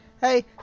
Hey